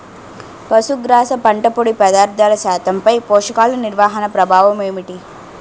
పశుగ్రాస పంట పొడి పదార్థాల శాతంపై పోషకాలు నిర్వహణ ప్రభావం ఏమిటి?